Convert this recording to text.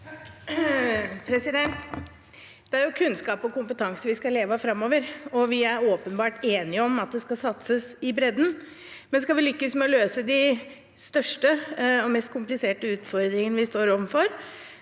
Det er kunnskap og kompetanse vi skal leve av framover, og vi er åpenbart enige om at det skal satses i bredden. Skal vi lykkes med å løse de største og mest kompliserte utfordringene vi står overfor,